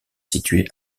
situé